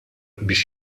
biex